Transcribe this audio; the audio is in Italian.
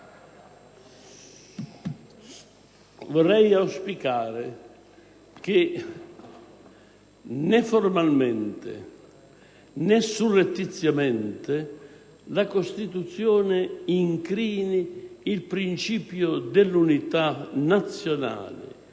Vorrei auspicare che né formalmente né surrettiziamente la Costituzione incrini il principio dell'unità nazionale